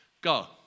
Go